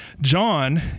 John